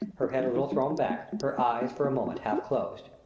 her head a little thrown back, her eyes for a moment half closed.